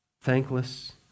thankless